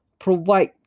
provide